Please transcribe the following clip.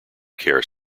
care